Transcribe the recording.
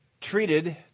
treated